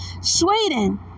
Sweden